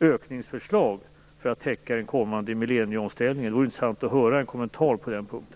ökningar för att täcka den kommande millennieomställningen? Det vore intressant att få höra en kommentar på den punkten.